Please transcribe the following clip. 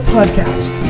Podcast